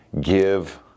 give